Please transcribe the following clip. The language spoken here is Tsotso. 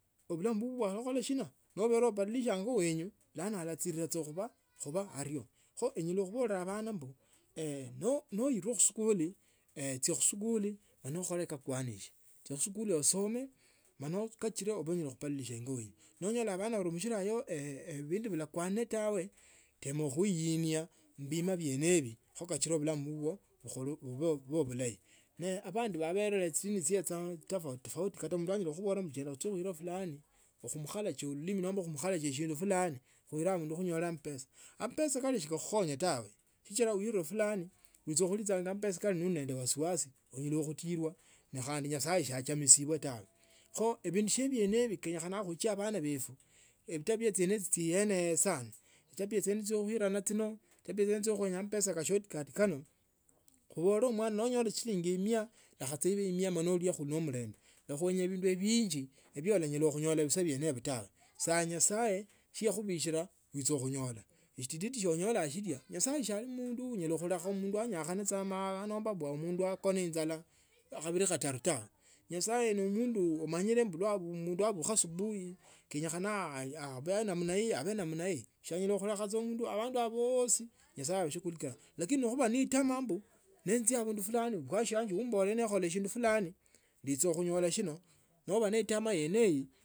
Obulamu bulabwo bwakhahola shina nawenya ubadilishenge shio wenye bulana ulachirira khuba ario kao enyola khobola abana noilwe khusi kalu chia khusiluli nokhole kwa kuainishe esikulj asome mano kachile ibe unyala khubadilisha ingo ayo. Nonyola abana bonomishila ebindu bilakwame tawe nekhuninia mumima kyene hiyo kho kachile bulamu bubwo khukhole ba be bulayi abandu babele chisimu chiyecha aina tofauti tofauti abula onyala khukhubola chenda khuchie khuinjila fulani khumu khalake lulimi nomba khumukhaleke shindu fulani khuikhale abundu khunyole ambesa ambesa kali sika khuklao nya tawe sichila uile fulani uicha khulicha ambesa nobe nende wasiwasi unyala khukohihoa ne khandi nyasaye giachamisibwe tawe kho ebindu shinga biene iyo yenye khana khuichama abane befu echitabia chiene chieneye sana. echitabia chio khuirana echitabia chio khuenya ambesa kashortaet kano khunyole no ongola shilingi mia lekha uchie ukule enyama no olliekho ne mlembe ne khuenya bindu binji bronyala khunyola bisee brene hivyo tawe says nyasaye akhubishiro khunyola. shititi shio onyola shila nyasaye sa ali omundu wo onyalakho mundu anyakhane ao ama mbu mundu akone injala khabili khatanu tawe. nyasaye no omundu omanyile imbu mundu naabukha asubuhi kenya khana abe namna nii abe namea hii shianyala khulikha omundu abandu bani basi nyasaye yashughulika lakini noba ne etama mbu nenjia abundu fulani yes anje nabolile nekhole shindu fulani ndi khunyola eshino noba ne etamaa yene eyo.